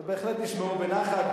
ובהחלט נשמעו בנחת,